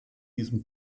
diesem